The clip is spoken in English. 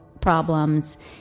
problems